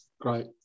Great